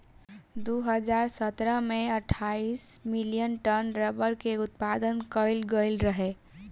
दू हज़ार सतरह में अठाईस मिलियन टन रबड़ के उत्पादन कईल गईल रहे